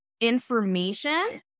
information